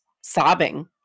sobbing